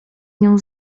nią